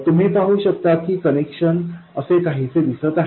तुम्ही पाहू शकता की कनेक्शन असे काहीसे दिसत आहे